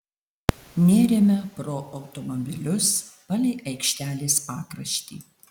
nėrėme pro automobilius palei aikštelės pakraštį